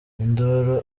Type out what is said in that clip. induru